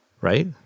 right